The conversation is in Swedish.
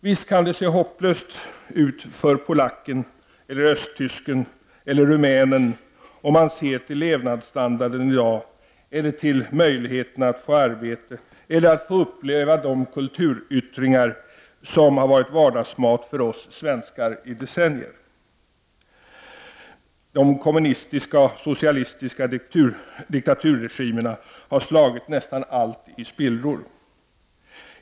Visst kan det se hopplöst ut för polacken, östtysken eller rumänen om man ser till levnadsstandarden i dag, till möjligheterna att få arbete eller att få uppleva de kulturyttringar som har varit vardagsmat för oss svenskar i decennier. De kommunistiska och socialistiska diktaturregimerna har slagit nästan allt i spillror.